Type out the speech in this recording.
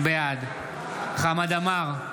בעד חמד עמאר,